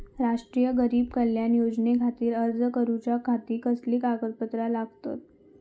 राष्ट्रीय गरीब कल्याण योजनेखातीर अर्ज करूच्या खाती कसली कागदपत्रा लागतत?